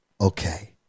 Okay